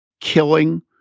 killing